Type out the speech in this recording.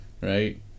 Right